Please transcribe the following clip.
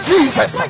Jesus